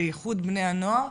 בייחוד בני הנוער.